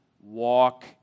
walk